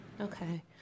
Okay